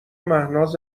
مهناز